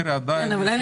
אתה לא יכול